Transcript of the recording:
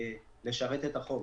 לשרת את החוב.